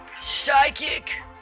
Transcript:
psychic